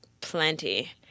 plenty